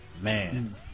Man